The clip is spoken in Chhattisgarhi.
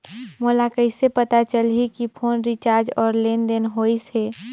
मोला कइसे पता चलही की फोन रिचार्ज और लेनदेन होइस हे?